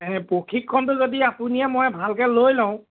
প্ৰশিক্ষণটো যদি আপুনিয় মই ভালকৈ লৈ লওঁ